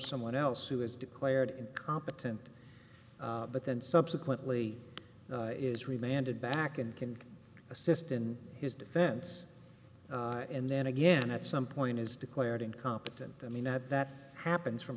someone else who is declared incompetent but then subsequently is remained in back and can assist in his defense and then again at some point is declared incompetent i mean that that happens from